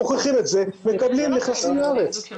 מוכיחים את זה מקבלים ונכנסים לארץ.